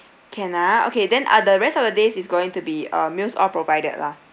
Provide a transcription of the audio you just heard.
can ah okay then ah the rest of the days is going to be uh meals all provided lah